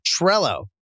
Trello